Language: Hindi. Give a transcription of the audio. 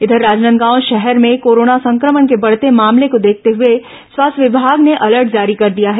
इधर राजनांदगांव शहर में कोरोना संक्रमण के बढ़ते मामले को देखते हुए स्वास्थ्य विभाग ने अलर्ट जारी कर दिया है